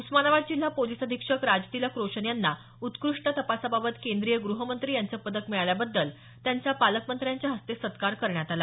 उस्मानाबाद जिल्हा पोलिस अधीक्षक राजतिलक रोशन यांना उत्कृष्ट तपासाबाबत केंद्रीय गृहमंत्री यांचं पदक मिळाल्याबद्दल त्यांचा पालकमंत्र्यांच्या हस्ते सत्कार करण्यात आला